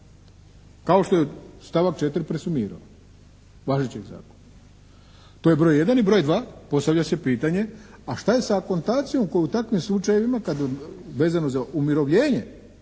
kao što je stavak 4. presumirao važećeg zakona. To je broj jedan. I broj dva, postavlja se pitanje a šta je sa akontacijom koju u takvim slučajevima kad vezano za umirovljenje